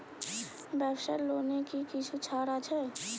ব্যাবসার লোনে কি কিছু ছাড় আছে?